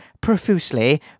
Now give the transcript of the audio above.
profusely